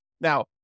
Now